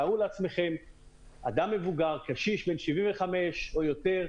תארו לעצמכם אדם מבוגר, קשיש בן 75 או יתר,